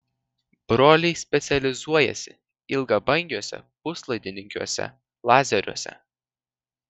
broliai specializuojasi ilgabangiuose puslaidininkiniuose lazeriuose